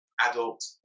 Adult